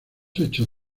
hechos